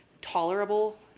tolerable